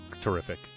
Terrific